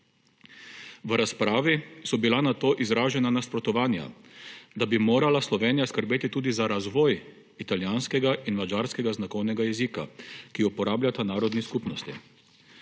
V razpravi so bila nato izražena nasprotovanja, da bi morala Slovenija skrbeti tudi za razvoj italijanskega in madžarskega znakovnega jezika, ki ga uporabljata narodni skupnosti.